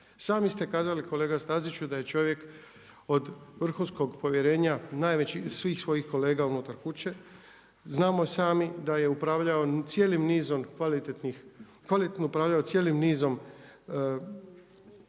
Sami ste kazali kolega Staziću da je čovjek od vrhunskog povjerenja najveći od svih svojih kolega unutar kuće, znamo sami da je upravljao cijelim nizom, kvalitetno upravljao cijelim nizom